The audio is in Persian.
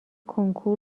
کنکور